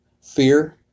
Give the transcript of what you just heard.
fear